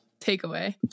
takeaway